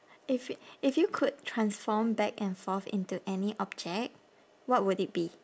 if y~ if you could transform back and forth into any object what would it be